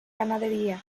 ganadería